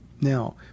Now